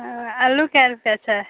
आलू कै रुपये छै